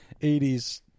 80s